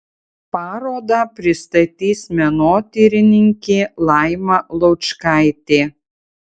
parodą pristatys menotyrininkė laima laučkaitė